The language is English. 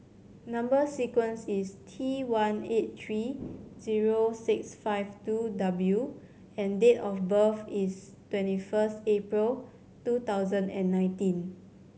number sequence is T one eight three zero six five two W and date of birth is twenty first April two thousand and nineteen